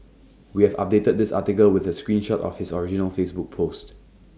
we have updated this article with A screen shot of his original Facebook post